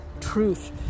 truth